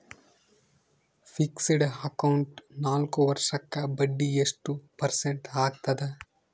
Fixed account ನಾಲ್ಕು ವರ್ಷಕ್ಕ ಬಡ್ಡಿ ಎಷ್ಟು ಪರ್ಸೆಂಟ್ ಆಗ್ತದ?